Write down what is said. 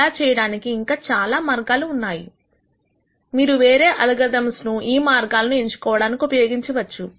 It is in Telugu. ఇలా చేయడానికి ఇంకా చాలా మార్గాలు ఉన్నాయి మీరు వేరే అల్గోరిథమ్స్ ను ఈ మార్గాలను ఎంచుకోవడానికి ఉపయోగించవచ్చు